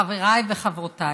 חבריי וחברותיי,